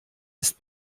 ist